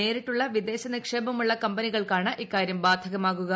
നേരിട്ടുള്ള വിദേശ നിക്ഷേപമുള്ള കമ്പനികൾക്കാണ് ഇക്കാര്യം ബ്രാധകമാകുക